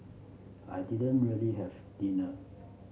I didn't really have dinner